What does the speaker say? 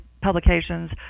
publications